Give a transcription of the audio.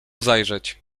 zajrzeć